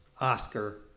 Oscar